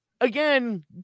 again